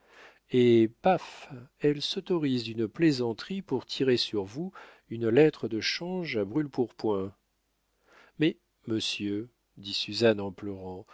et paf elle s'autorise d'une plaisanterie pour tirer sur vous une lettre de change à brûle-pourpoint mais monsieur dit suzanne en pleurant